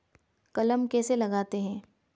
कलम कैसे लगाते हैं?